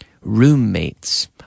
roommates